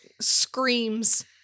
screams